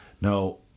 Now